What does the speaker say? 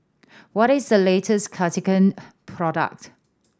what is the latest Cartigain product